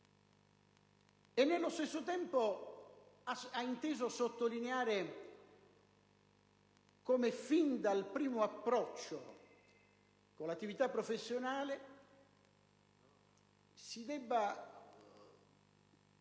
e nello stesso tempo sottolineare come, fin dal primo approccio con l'attività professionale, si debba